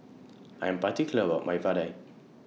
I Am particular about My Vadai